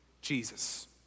Jesus